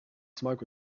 smoke